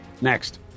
Next